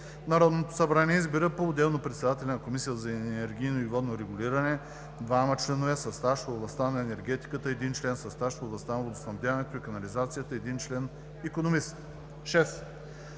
Народното събрание избира поотделно председателя на Комисията за енергийно и водно регулиране, двама членове със стаж в областта на енергетиката, един член със стаж в областта на водоснабдяването и канализацията и един член – икономист. 6.